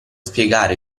spiegare